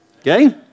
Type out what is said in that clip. Okay